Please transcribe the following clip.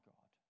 God